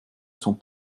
sont